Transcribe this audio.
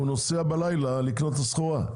נוסע בלילה לקנות את הסחורה.